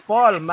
Paul